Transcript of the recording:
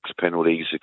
penalties